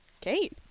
Kate